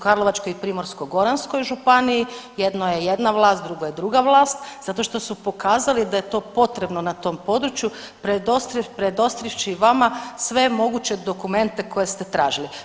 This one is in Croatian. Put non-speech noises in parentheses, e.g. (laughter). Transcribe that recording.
Karlovačkoj i Primorsko-goranskoj županiji, jedno je jedna vlast, drugo je druga vlast, zato što su pokazali da je to potrebno na tom području ... (unintelligible) vama sve moguće dokumente koje ste tražili.